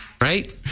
Right